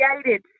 created